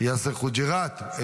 יאסר חוג'יראת,